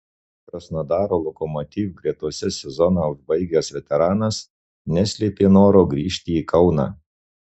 krasnodaro lokomotiv gretose sezoną užbaigęs veteranas neslėpė noro grįžti į kauną